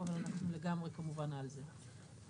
אבל אנחנו לגמרי כמובן על זה.